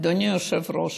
אדוני היושב-ראש,